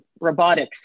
robotics